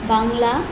Bangla